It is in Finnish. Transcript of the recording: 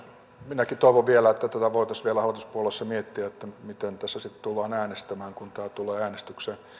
minäkin toivon että tätä voitaisiin vielä hallituspuolueissa miettiä miten tässä tullaan äänestämään sitten kun tämä tulee äänestykseen